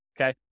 okay